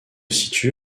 situe